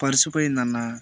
purse పోయిందన్నా